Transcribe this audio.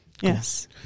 Yes